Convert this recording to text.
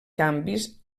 canvis